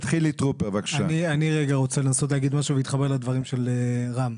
אני רוצה לנסות להגיד משהו ולהתחבר לדברים של רם.